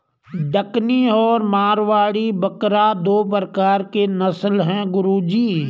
डकनी और मारवाड़ी बकरा दो प्रकार के नस्ल है गुरु जी